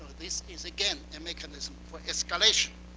this is, again, and mechanism for escalation.